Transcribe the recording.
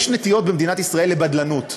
יש נטיות במדינת ישראל לבדלנות.